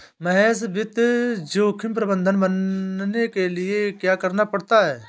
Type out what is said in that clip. महेश वित्त जोखिम प्रबंधक बनने के लिए क्या करना पड़ता है?